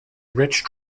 rich